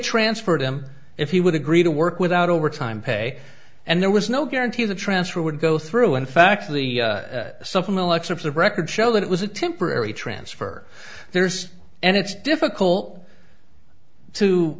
transferred him if he would agree to work without overtime pay and there was no guarantee the transfer would go through in fact the supplemental excerpts of record show that it was a temporary transfer there's and it's difficult to